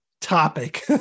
topic